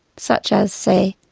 such as, say,